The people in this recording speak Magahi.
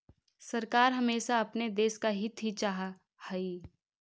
सरकार हमेशा अपने देश का हित ही चाहा हई